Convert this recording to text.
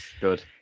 Good